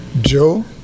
Joe